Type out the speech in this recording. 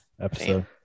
episode